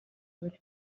buri